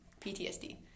PTSD